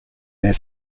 their